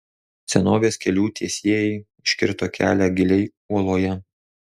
senovės kelių tiesėjai iškirto kelią giliai uoloje